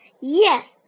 Yes